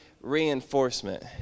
reinforcement